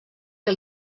que